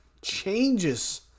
changes